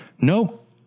nope